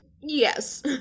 Yes